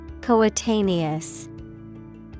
Coetaneous